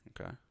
Okay